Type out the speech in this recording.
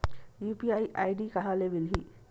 UPI ID कहां ले मिलही?